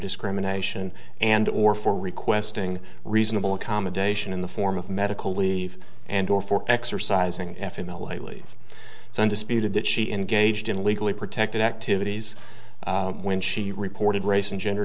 discrimination and or for requesting reasonable accommodation in the form of medical leave and or for exercising f m l a leave it's undisputed that she engaged in legally protected activities when she reported race and gender